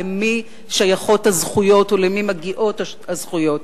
למי שייכות הזכויות או למי מגיעות הזכויות,